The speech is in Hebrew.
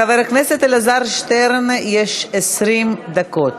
לחבר הכנסת אלעזר שטרן יש 20 דקות.